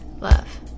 love